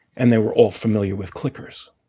and they were all familiar with clickers.